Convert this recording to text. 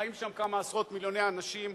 חיים שם כמה עשרות מיליוני אנשים,